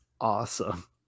awesome